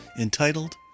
entitled